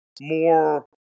more